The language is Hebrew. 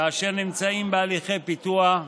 אשר נמצאים בהליכי פיתוח,